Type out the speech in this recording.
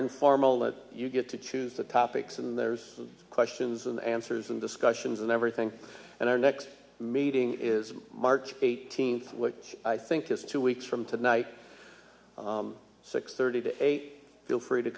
informal that you get to choose the topics and there's questions and answers and discussions and everything and our next meeting is march eighteenth which i think just two weeks from tonight six thirty to eight feel free to